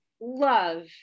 love